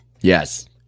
Yes